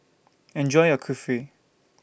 Enjoy your Kulfi